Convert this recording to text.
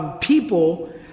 People